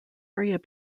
area